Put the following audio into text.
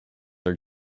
are